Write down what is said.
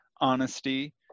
honesty